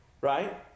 Right